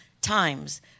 times